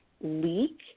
leak